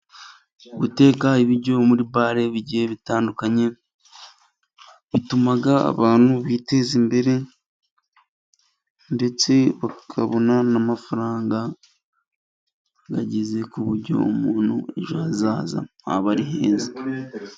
Guteka ibiryo muri bare bigiye bitandukanye bituma abantu biteza imbere, ndetse bakabona n'amafaranga bagize ku buryo umuntu ejo hazaza haba ari heza.